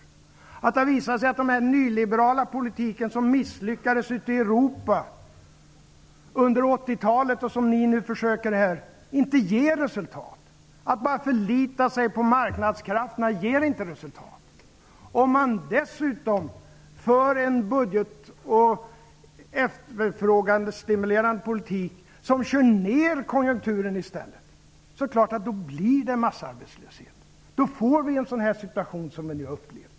Beror det på att den nyliberala politik som misslyckades ute i Europa under 80-talet och som ni här nu försöker att föra inte ger resultat? Att bara förlita sig på marknadskrafterna ger inte resultat. Om man dessutom för en budget och efterfrågestimulerande politik som i stället kör ner konjunkturen, är det klart att det blir massarbetslöshet. Då får vi en sådan här situation som vi nu har upplevt.